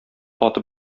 атып